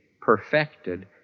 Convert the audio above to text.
perfected